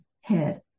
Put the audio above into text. head